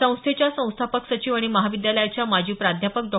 संस्थेच्या संस्थापक सचिव आणि महाविद्यालयाच्या माजी प्राध्यापक डॉ